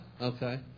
Okay